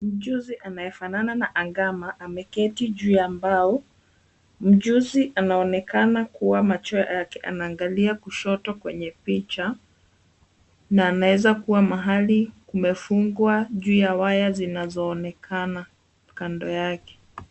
Mjusi anayefanana na angama ameketi juu ya mbao. Mjusi anaonekana kuwa macho yake yanaangalia kushoto kwenye picha na aneza kuwa mahali kumefungwa juu ya waya zinazoonekana kando yake.